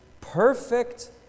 perfect